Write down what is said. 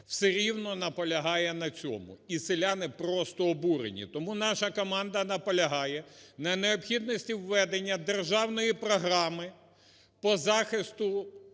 все рівно наполягає на цьому, і селяни просто обурені. Тому наша команда наполягає на необхідності введення державної програми по захисту